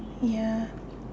ya